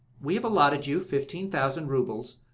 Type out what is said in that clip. we have allotted you fifteen thousand roubles,